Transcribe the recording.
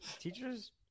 Teachers